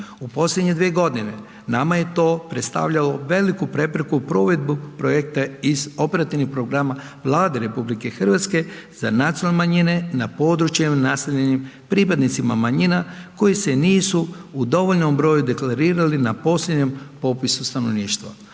U posljednje 2.g. nama je to predstavljao veliku prepreku u provedbu projekte iz operativnih programa Vlade RH za nacionalne manjine na područjima naseljenim pripadnicima manjina koji se nisu u dovoljnom broju deklerirali na posljednjem popisu stanovništva.